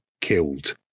killed